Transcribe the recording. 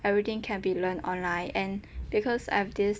everything can be learnt online and because I have this